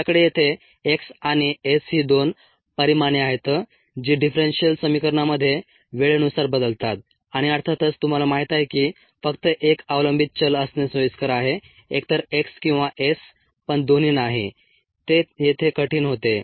आपल्याकडे येथे x आणि s ही दोन परिमाणे आहेत जी डिफ्रेंशियल समीकरणामध्ये वेळेनुसार बदलतात आणि अर्थातच तुम्हाला माहित आहे की फक्त एक अवलंबीत चल असणे सोयीस्कर आहे एकतर x किंवा s पण दोन्ही नाही ते येथे कठीण होते